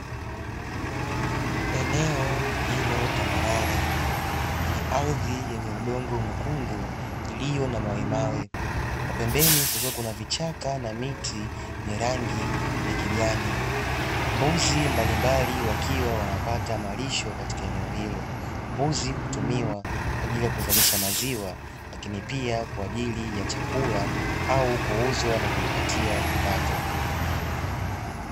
Eneo lililo tambarare lenye ardhi yenye udongo mwekundu iliyo na mawemawe. Kwa pembeni kukiwa na vichaka na miti yenye rangi ya kijani. Mbuzi mbalimbali wakiwa wanapata malisho katika eneo hilo. Mbuzi hutumiwa kwa ajili ya kuzalisha maziwa lakini pia kwa ajili ya chakula au kuuzwa na kujipatia kipato.